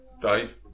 Dave